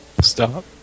Stop